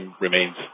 remains